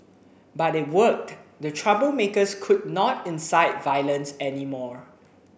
but it worked the troublemakers could not incite violence anymore